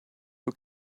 who